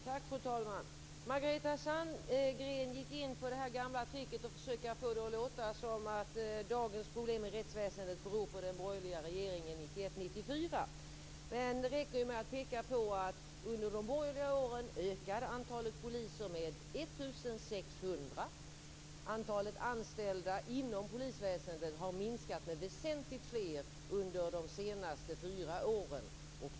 Fru talman! Margareta Sandgren försökte sig på det gamla tricket att få det att låta som att dagens problem i rättsväsendet beror på den borgerliga regeringen 1991-1994. Men under de borgerliga åren ökade antalet poliser med 1 600. Antalet anställda inom polisväsendet har minskat med väsentligt fler under de senaste fyra åren.